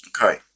Okay